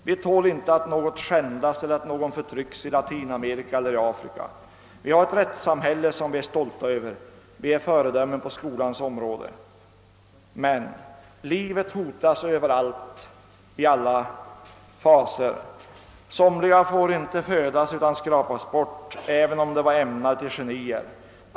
Vi tål inte att något skändas eller att någon förtrycks i Latinamerika eller i Afrika. Vi har ett rättssamhälle som vi är stolta över. Vi är föredömen på skolans område. Men, livet hotas överallt i alla faser. Somliga får inte födas utan skrapas bort även om de var ämnade till genier.